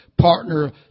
partner